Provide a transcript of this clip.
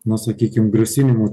na sakykim grasinimu